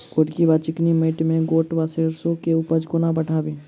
गोरकी वा चिकनी मैंट मे गोट वा सैरसो केँ उपज कोना बढ़ाबी?